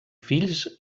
fills